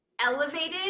elevated